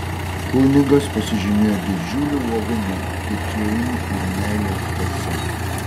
kunigas pasižymėjo didžiuliu uolumu tikėjimu ir meilės dvasia